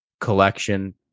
collection